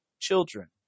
children